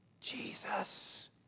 Jesus